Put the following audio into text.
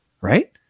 right